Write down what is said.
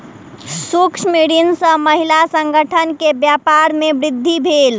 सूक्ष्म ऋण सॅ महिला संगठन के व्यापार में वृद्धि भेल